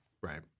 Right